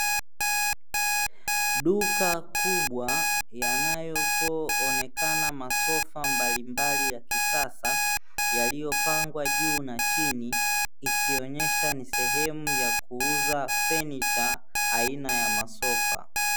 Duka kubwa yanapooneka masofa mbalimbali ya kisasa, yaliyopangwa juu na chini ikionyesha ni sehemu ya kuuza fenicha aina ya masofa.